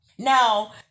Now